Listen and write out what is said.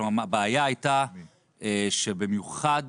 כלומר הבעיה הייתה שבנכים בכלל,